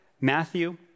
Matthew